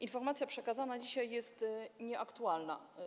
Informacja przekazana dzisiaj jest nieaktualna.